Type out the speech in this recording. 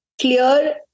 clear